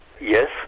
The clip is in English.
Yes